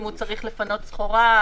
אם הוא צריך לפנות סחורה,